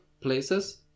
places